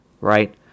right